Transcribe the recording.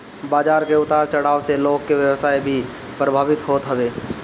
बाजार के उतार चढ़ाव से लोग के व्यवसाय भी प्रभावित होत हवे